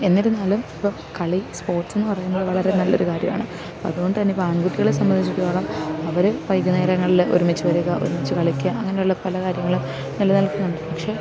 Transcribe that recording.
എന്നിരുന്നാലും ഇപ്പോൾ കളി സ്പോർട്ട്സെന്നു പറയുന്നത് വളരെ നല്ലൊരു കാര്യമാണ് അപ്പതു കൊണ്ടു തന്നെ ഇപ്പോൾ ആൺകുട്ടികളെ സംബന്ധിച്ചിടത്തോളം അവർ വൈകുന്നേരങ്ങളിൽ ഒരുമിച്ച് വരിക ഒരുമിച്ചു കളിക്കുക അങ്ങനെയുള്ള പലകാര്യങ്ങൾ നിലനിൽക്കുന്നുണ്ട് പക്ഷെ